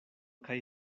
kaj